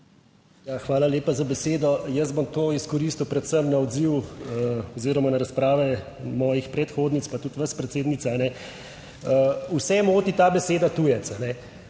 hvala lepa za besedo. Jaz bom to izkoristil predvsem na odziv oziroma na razprave mojih predhodnic pa tudi vas, predsednica. Vse moti ta beseda tujec,